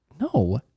No